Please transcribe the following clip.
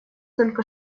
только